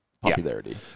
popularity